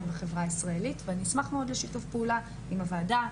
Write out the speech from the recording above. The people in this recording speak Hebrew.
בחברה הישראלית ואני אשמח מאוד לשיתוף פעולה עם הוועדה,